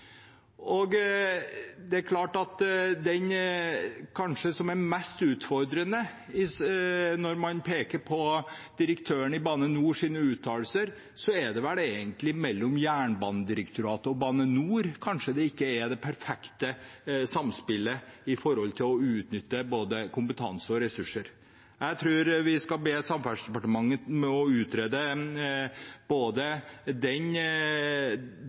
Det som kanskje er mest utfordrende når man peker på direktøren i Bane NORs uttalelser, er vel egentlig at det mellom Jernbanedirektoratet og Bane NOR kanskje ikke er det perfekte samspillet med tanke på å utnytte både kompetanse og ressurser. Jeg tror vi skal be Samferdselsdepartementet om å utrede